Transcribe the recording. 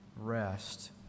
rest